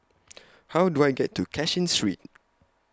How Do I get to Cashin Street